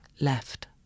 left